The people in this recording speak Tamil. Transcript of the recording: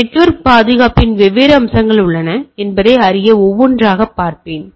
எனவே நெட்வொர்க் பாதுகாப்பின் வெவ்வேறு அம்சங்கள் என்ன என்பதை அறிய ஒவ்வொன்றாகப் பார்ப்பேன்